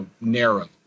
narrow